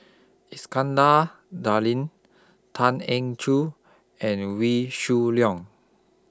Iskandar Darling Tan Eng Joo and Wee Shoo Leong